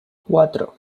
cuatro